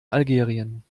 algerien